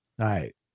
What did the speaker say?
right